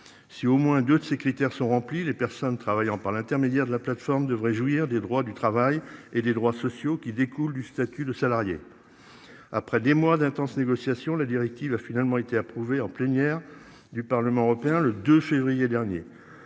Si au moins 2 de ces critères sont remplis, les personnes travaillant par l'intermédiaire de la plateforme devrait jouir des droits du travail et des droits sociaux qui découle du statut de salarié. Après des mois d'intenses négociations. La directive a finalement été approuvé en plénière du Parlement européen, le 2 février dernier.